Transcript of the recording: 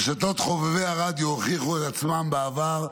רשתות חובבי הרדיו הוכיחו את עצמן בעבר,